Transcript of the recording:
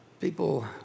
people